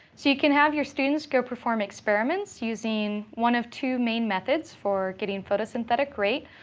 so you can have your students go perform experiments, using one of two main methods for getting photosynthetic rate.